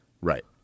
Right